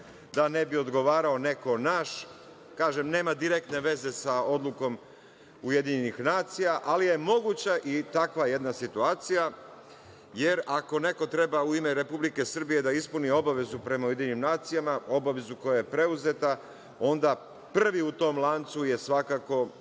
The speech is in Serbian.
da ne bi odgovarao neko naš. Kažem, nema direktne veze sa odlukom UN, ali je moguća i takva jedna situacija, jer ako neko treba u ime Republike Srbije da ispuni obavezu prema UN, obavezu koja je preuzeta, onda prvi u tom lancu je svakako